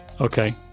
Okay